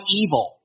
evil